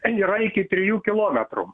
yra iki trijų kilometrų